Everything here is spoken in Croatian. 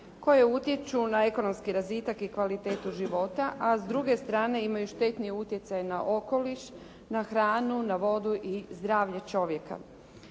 koje utječu na ekonomski razvitak i kvalitetu života, a s druge strane imaju štetni utjecaj na okoliš, na hranu, na vodu i zdravlje čovjeka.